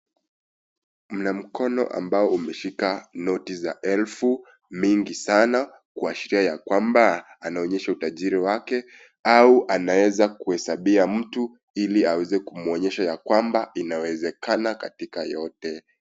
Mna mkono ambao umeshika noti za elfu mingi sana, kuashiria ya kwamba , anaonyesha utajiri wake au anaweza kuhesabia mtu ili aweze kumwonyesha ya kwamba inawezekana katika yote.